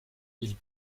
ils